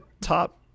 top